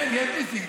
כן, יש ניסים.